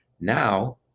Now